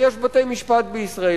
יש בתי-משפט בישראל,